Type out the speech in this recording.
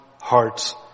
hearts